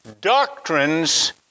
doctrines